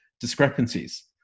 discrepancies